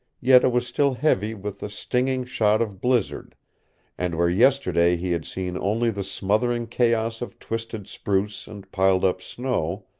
yet it was still heavy with the stinging shot of blizzard and where yesterday he had seen only the smothering chaos of twisted spruce and piled up snow,